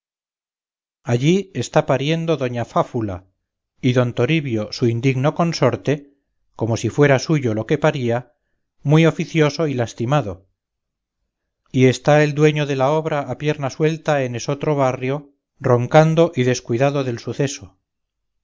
allí está pariendo doña fáfula y don toribio su indigno consorte como si fuera suyo lo que paría muy oficioso y lastimado y está el dueño de la obra a pierna suelta en esotro barrio roncando y descuidado del suceso